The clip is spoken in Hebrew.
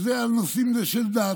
וזה על נושאים של דת.